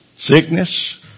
sickness